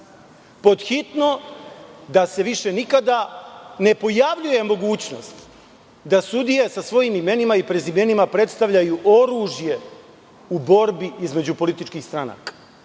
Pothitno da se više nikada ne pojavljuje mogućnost da sudije sa svojim imenima i prezimenima predstavljaju oružje u borbi između političkih stranaka.